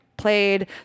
played